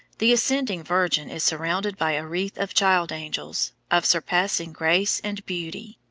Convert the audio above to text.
the ascending, virgin is surrounded by a wreath of child-angels, of surpassing grace and beauty.